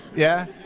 yeah?